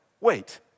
wait